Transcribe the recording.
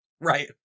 right